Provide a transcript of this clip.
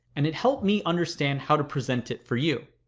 and it helped me understand how to present it for you.